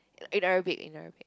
in Arabic in Arabic